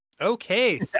Okay